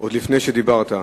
עוד לפני שדיברת.